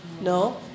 No